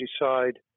decide